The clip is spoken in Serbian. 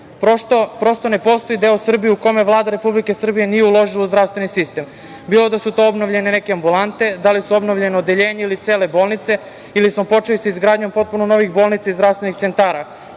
Prosto, ne postoji deo Srbije u kome Vlada Republike Srbije nije uložila u zdravstveni sistem, bilo da su to obnovljene neke ambulante, da li su obnovljena odeljenja ili cele bolnice ili smo počeli sa izgradnjom potpuno novih bolnica i zdravstvenih centara,